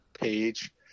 page